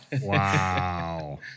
Wow